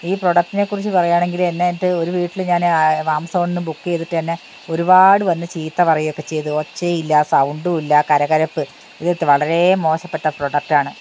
ഈ പ്രൊഡക്ടിനെക്കുറിച്ച് പറയുകയാണെങ്കിൽ എന്നെ എൻ്റെ ഒരു വീട്ടിൽ ഞാൻ ആമസോണിൽ നിന്ന് ബുക്ക് ചെയ്തിട്ട് എന്നെ ഒരുപാട് വന്ന് ചീത്ത പറയുകയൊക്കെ ചെയ്തു ഒച്ചയില്ല സൗണ്ടും ഉല്ല കരകരപ്പ് ഇത് വളരേ മോശപ്പെട്ട പ്രോഡക്ട് ആണ്